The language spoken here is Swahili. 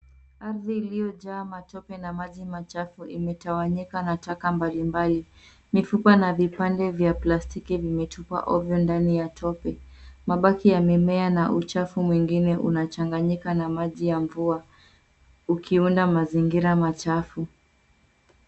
Ardhi iliyojaa matope na maji machafu imetawanyika na taka mbalimbali. Mifupa na vipande vya plastiki vimetupwa ovyo ndani ya tope. Mabaki yamemea na uchafu mwingine unachanganyika na maji ya mvua, ukiunda mazingira machafu.